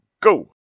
go